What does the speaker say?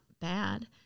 bad